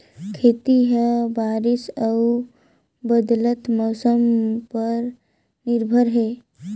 खेती ह बारिश अऊ बदलत मौसम पर निर्भर हे